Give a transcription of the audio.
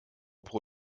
pro